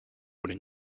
would